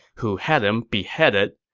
who had him beheaded.